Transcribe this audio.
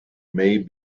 may